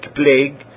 plague